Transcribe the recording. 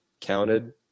counted